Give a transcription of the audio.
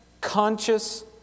conscious